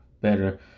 better